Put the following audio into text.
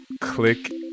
click